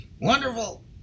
Wonderful